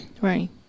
Right